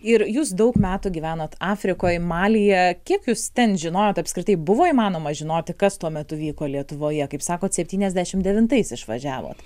ir jūs daug metų gyvenot afrikoj malyje kiek jūs ten žinojot apskritai buvo įmanoma žinoti kas tuo metu vyko lietuvoje kaip sakot septyniasdešimt devintais išvažiavot